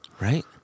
Right